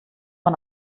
man